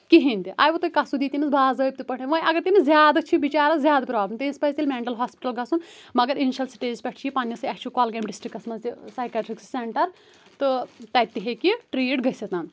کِہیٖنۍ تہِ آیوٕ تۄیہِ کَتھ سُہ دی تٔمِس باضٲبۍطہٕ پٲٹھۍ وۄنۍ اگر تٔمِس زیاد چھِ بِچارَس زیادٕ پرٛابلِم تٔمِس پَزِ تیٚلہِ مٮ۪نٛٹَل ہاسپِٹَل گَژُھن مَگر اِنشل سِٹیجٮ۪س پٮ۪ٹھ چھُ یہِ پَننِسےٕ اسۍ چھُ کۄلگامۍ ڈِسٹِرکَس منٛز تہِ ساکیٹرِک سٮ۪نٹَر تہٕ تَتہِ تہِ ہیکہِ یہِ ٹریٖٹ گٔژِھتھ